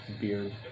beard